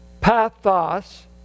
pathos